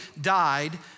died